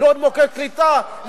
לעוד מוקד קליטה,